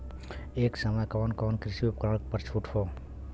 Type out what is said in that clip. ए समय कवन कवन कृषि उपकरण पर छूट ह?